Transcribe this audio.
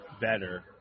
better